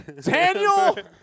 Daniel